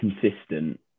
consistent